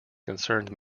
concerned